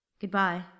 Goodbye